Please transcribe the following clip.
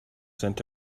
sent